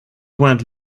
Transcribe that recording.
went